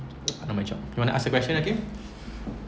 and my job you wanna ask the question hakim